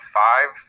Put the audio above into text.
five